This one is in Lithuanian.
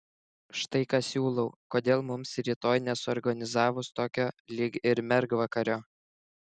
štai ką siūlau kodėl mums rytoj nesuorganizavus tokio lyg ir mergvakario